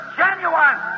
genuine